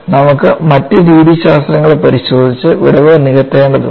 നമുക്ക് മറ്റ് രീതിശാസ്ത്രങ്ങൾ പരിശോധിച്ച് വിടവ് നികത്തേണ്ടതുണ്ട്